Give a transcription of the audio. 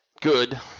good